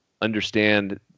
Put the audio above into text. understand